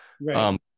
right